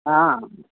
हा